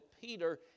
Peter